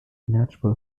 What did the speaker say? natural